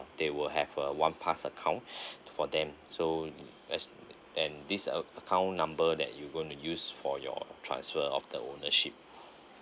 they will have a one pass account for them so as then this acc~ account number that you gonna use for your transfer of the ownership